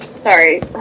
Sorry